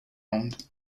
owned